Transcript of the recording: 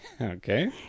okay